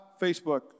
Facebook